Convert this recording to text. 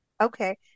Okay